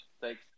thanks